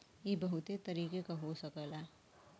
इ बहुते तरीके क हो सकला